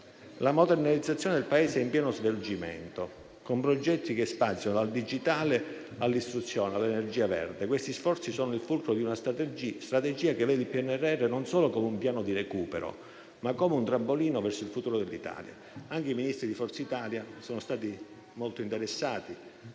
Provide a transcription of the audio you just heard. La modernizzazione del Paese è in pieno svolgimento, con progetti che spaziano dal digitale all'istruzione, all'energia verde. Questi sforzi sono il fulcro di una strategia che vede il PNRR non solo come un piano di recupero, ma anche come un trampolino verso il futuro dell'Italia. Anche i Ministri di Forza Italia sono stati molto interessati